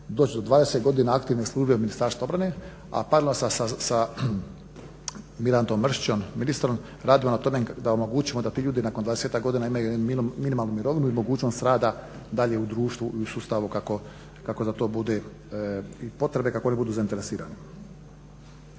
doći do 20 godina aktivne službe Ministarstva obrane, a paralelno sa Mirandom Mrsićem ministrom radimo na tome da omogućimo da ti ljudi nakon 20-ak godina imaju jednu minimalnu mirovinu i mogućnost rada dalje u društvu i sustavu kako za to bude potrebe i kako oni budu zainteresirani.